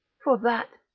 for that.